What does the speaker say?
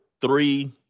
three